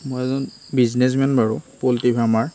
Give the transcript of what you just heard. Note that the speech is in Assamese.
মই এজন বিজনেছমেন বাৰু পলট্ৰি ফাৰ্মাৰ